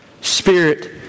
Spirit